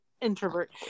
introvert